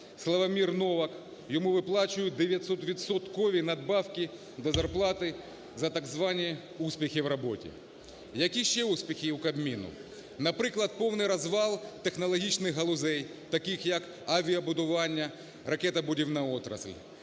Славомір Новак, йому виплачують 900-відсоткові надбавки до зарплати за так звані успіхи в роботі. Які ще успіхи є у Кабміну? Наприклад, повний розвал технологічних галузей, таких як авіабудування, ракетобудівна отрасль,